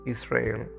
Israel